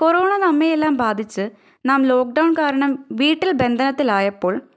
corona നമ്മേയെല്ലാം ബാധിച്ച് നാം ലോക്ക്ഡൗണ് കാരണം വീട്ടില് ബന്ധനത്തിലായപ്പോള്